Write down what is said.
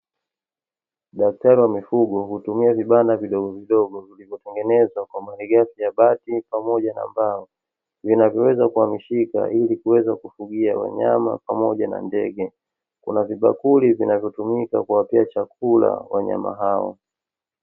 Daktari wa mifugo hutumia vibanda vidogo vidogo, vilivyotengenezwa kwa malighafi ya bati pamoja na mbao, vinavyoweza kuhamishika ili kuweza kufugia wanyama pamoja na ndege. Kuna vibakuli vinavyotumika kuwawekea chakula wanyama hao.